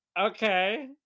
okay